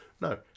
No